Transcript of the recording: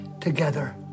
together